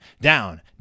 down